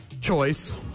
choice